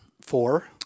Four